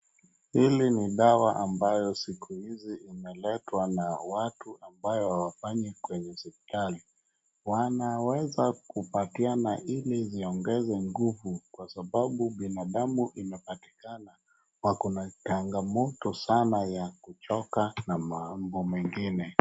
Hili ni dawa ambayo siku hizi imeletwa na watu ambao hawafanyi kwenye serikali. Wanaweza kupatianiana ili ziongeze nguvu kwasababu binadamu imepatikana wako na changamoto sana ya kuchoka na mambo mengine.